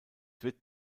wird